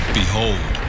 behold